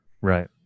Right